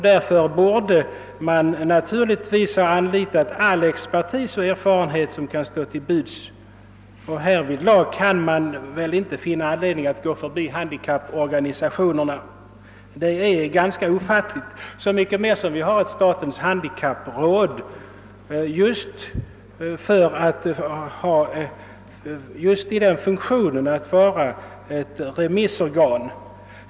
Därför borde man naturligtvis ha anlitat all expertis och erfarenhet som kan stå till buds. Hur man härvidlag kan finna anledning att gå förbi handikapporganisationerna är ganska ofattligt, så mycket mer som statens handikappråd just skall fungera som ett remissorgan.